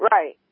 Right